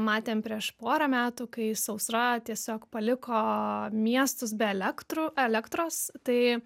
matėm prieš porą metų kai sausra tiesiog paliko miestus be elektrų elektros tai